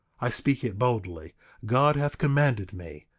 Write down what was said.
i speak it boldly god hath commanded me.